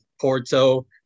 Porto